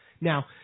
Now